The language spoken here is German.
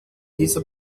dieser